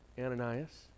Ananias